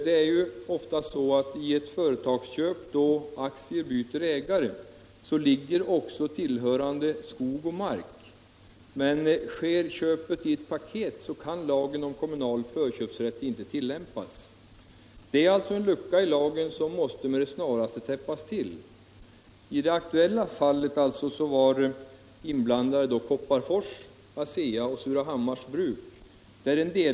Det är ofta så i ett företagsköp, då aktier byter ägare, att även tillhörande skog och mark ingår, men sker köpet i ett paket kan lagen om kommunal förköpsrätt inte tillämpas. Det finns alltså en lucka i lagen som med det snaraste måste täppas till. I det aktuella fallet var Kopparfors, ASEA och Surahammars bruk inblandade.